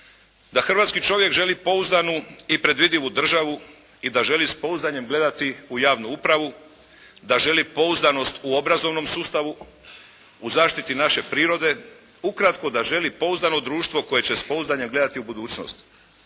da hrvatski čovjek želi pouzdanu i predvidivu državu i da želi s pouzdanjem gledati u javnu upravu, da želi pouzdanost u obrazovnom sustavu, u zaštiti naše prirode, ukratko da želi pouzdano društvo koje će s pouzdanjem gledati u budućnost.